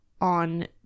on